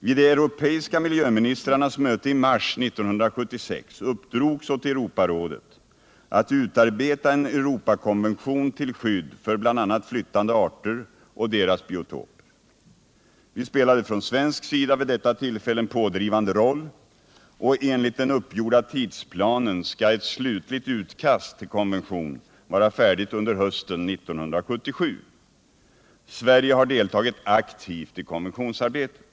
Vid de europeiska miljöministrarnas möte i mars 1976 uppdrogs åt Europarådet att utarbeta en Europakonvention till skydd för bl.a. flyttande arter och deras biotoper. Vi spelade från svensk sida vid detta tillfälle en pådrivande roll, och enligt den uppgjorda tidsplanen skall ett slutligt utkast till konvention vara färdigt under hösten 1977. Sverige har deltagit aktivt i konventionsarbetet.